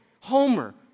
Homer